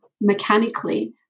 mechanically